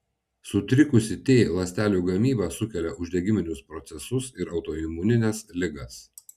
sutrikusi t ląstelių gamyba sukelia uždegiminius procesus ir autoimunines ligas